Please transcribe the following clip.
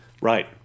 Right